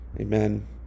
Amen